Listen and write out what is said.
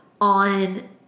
on